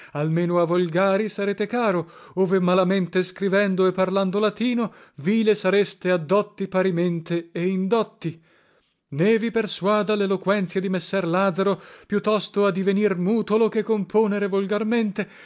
almeno a volgari sarete caro ove malamente scrivendo e parlando latino vile sareste a dotti parimente e indotti né vi persuada leloquenzia di messer lazaro più tosto a divenir mutolo che componere volgarmente